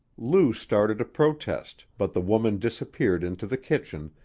lou started to protest, but the woman disappeared into the kitchen,